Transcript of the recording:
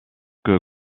que